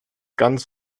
ganz